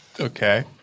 Okay